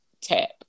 tap